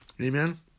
Amen